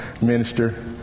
minister